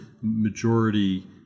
majority